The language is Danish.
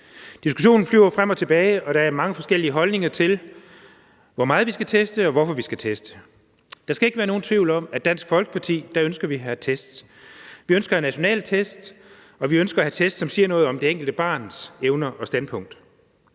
Diskussionen flyver frem og tilbage, og der er mange forskellige holdninger til, hvor meget vi skal teste, og hvorfor vi skal teste. Der skal ikke være nogen tvivl om, at vi i Dansk Folkeparti ønsker at have test. Vi ønsker at have nationale test, og vi ønsker at have test, som siger noget om det enkelte barns evner og standpunkt.